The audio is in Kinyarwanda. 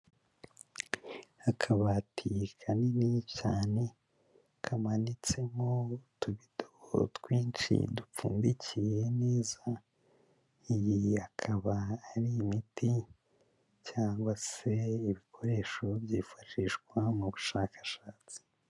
Akabati kanini cyane kamanitsemo utubido twinshi dupfundikiye neza, iyi akaba ari imiti cyangwa se ibikoresho byifashishwa mu bushakashatsi.